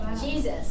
Jesus